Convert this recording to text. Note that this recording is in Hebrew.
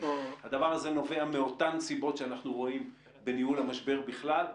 הדבר הזה נובע מאותן סיבות שאנחנו רואים בניהול המשבר בכלל.